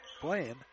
playing